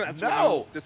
No